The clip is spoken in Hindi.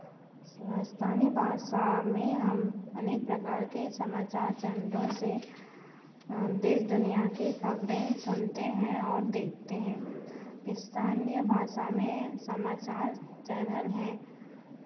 स्थानीय भाषा में हम अनेक प्रकार के समाचार चैनलों से देश दुनियाँ की खबरें सुनते हैं और देखते हैं स्थानीय भाषा में समाचार चैनल है